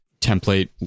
template